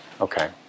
Okay